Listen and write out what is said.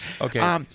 Okay